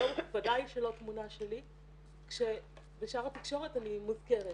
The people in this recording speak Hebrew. בוודאי שלא תמונה שלי, כשבשאר התקשורת אני מוזכרת.